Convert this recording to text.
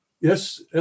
Yes